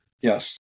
Yes